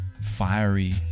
fiery